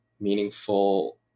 meaningful